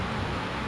theme park